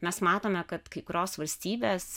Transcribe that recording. mes matome kad kai kurios valstybės